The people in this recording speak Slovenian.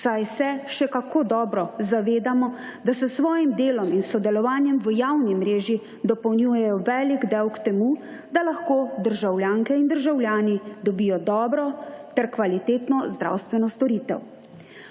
saj se še kako dobro zavedamo, da s svojim delom in sodelovanjem v javni mreži dopolnjujejo velik del k temu, da lahko državljanke in državljani dobijo dobro ter kvalitetno zdravstveno storitev.